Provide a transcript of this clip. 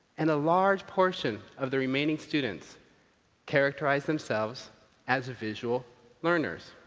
and a large portion of the remaining students characterize themselves as visual learners.